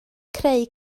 creu